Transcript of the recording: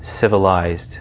civilized